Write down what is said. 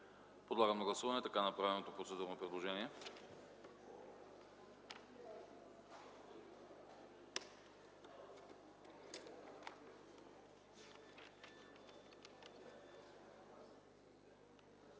Поставям на гласуване направеното процедурно предложение